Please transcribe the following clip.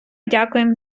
дякуємо